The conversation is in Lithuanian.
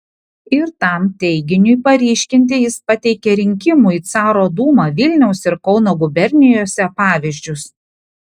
ir tam teiginiui paryškinti jis pateikė rinkimų į caro dūmą vilniaus ir kauno gubernijose pavyzdžius